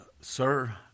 sir